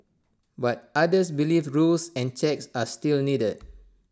but others believe rules and checks are still needed